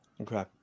Okay